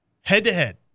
head-to-head